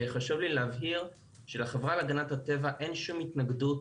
חשוב לי להבהיר שלחברה להגנת הטבע אין שום התנגדות